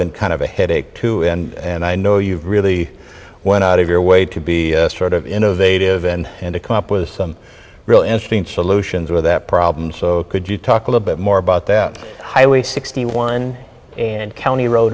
been kind of a headache to and i know you really went out of your way to be sort of innovative and and to come up with some real interesting solutions with that problem so could you talk a little bit more about that highway sixty one and county ro